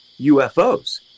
UFOs